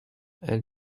and